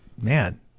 man